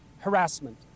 Harassment